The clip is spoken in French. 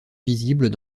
visibles